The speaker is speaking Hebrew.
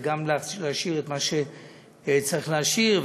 וגם להשאיר את מה שצריך להשאיר,